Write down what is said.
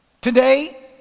today